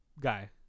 guy